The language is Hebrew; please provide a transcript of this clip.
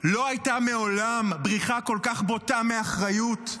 לא הייתה מעולם בריחה כל כך בוטה מאחריות,